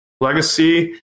Legacy